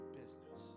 business